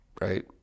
right